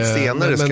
senare